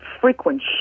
frequent